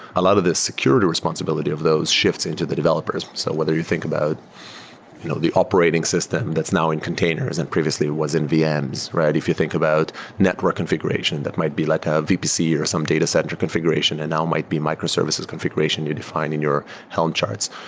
a lot of the security responsibility of those shifts into the developers. so whether you think about you know the operating system that's now in containers and previously was in vms, vms, right? if you think about network confi guration, that might be like a vpc or some data center confi guration and now might be microservices confi guration you defi ne and in your helm charts.